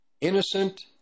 innocent